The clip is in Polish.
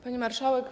Pani Marszałek!